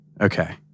Okay